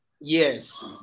Yes